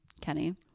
Kenny